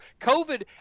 COVID –